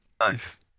Nice